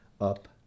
up